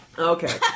Okay